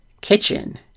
kitchen